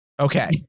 Okay